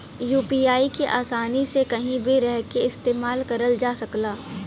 UPI के आसानी से कहीं भी रहके इस्तेमाल करल जा सकला